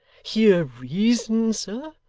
hear reason, sir.